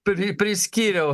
pri priskyriau